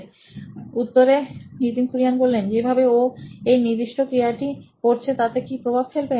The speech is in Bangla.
Nitin Kurian C O O নোইন ইলেক্ট্রনিক্স যেভাবে ও এই নির্দি ষ্ট ক্রিয়াটি করছে তাতে কি প্রভাব ফেলবে